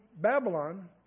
Babylon